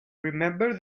remember